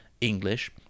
English